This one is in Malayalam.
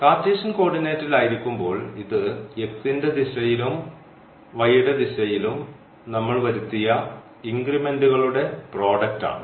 കാർട്ടീഷ്യൻ കോർഡിനേറ്റിലായിരിക്കുമ്പോൾ ഇത് x ന്റെ ദിശയിലും y ന്റെ ദിശയിലും നമ്മൾവരുത്തിയ ഇൻക്രിമെന്റുകളുടെ പ്രോഡക്റ്റ് ആണ്